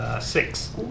Six